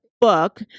book